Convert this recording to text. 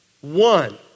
One